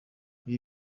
ibi